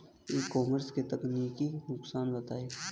ई commerce के तकनीकी नुकसान बताएं?